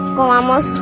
comamos